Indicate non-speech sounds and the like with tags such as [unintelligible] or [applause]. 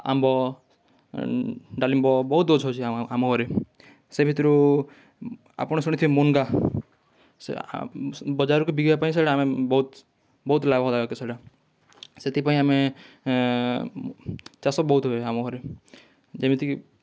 ଆମ୍ବ ଡାଲିମ୍ବ ବହୁତ୍ ଗଛ୍ ଅଛି ଆମ ଘରେ ସେ ଭିତରୁ ଆପଣ ଶୁଣିଥିବେ ମୁଙ୍ଗା ସେ ଆ ବଜାରକୁ ବିକିବା ପାଇଁ [unintelligible] ବହୁତ୍ ବହୁତ୍ ଲାଭଦାୟକ ସେଇଟା ସେଥିପାଇଁ ଆମେ ଚାଷ ବହୁତ୍ ହୁଏ ଆମ ଘରେ ଯେମିତିକି